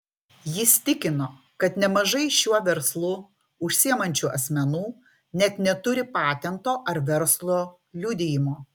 jis tikino kad nemažai šiuo verslu užsiimančių asmenų net neturi patento ar verslo liudijimo